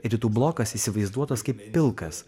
rytų blokas įsivaizduotas kaip pilkas